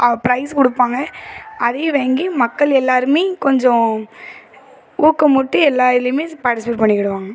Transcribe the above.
price கொடுப்பாங்க அதையும் வாங்கி மக்கள் எல்லோருமே கொஞ்சம் ஊக்கமூட்டி எல்லா இதுலேயுமே பார்ட்டிசிபேட் பண்ணிக்டுவாங்க